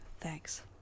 thanks